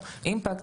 או אימפקט,